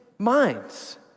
minds